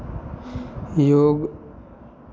योग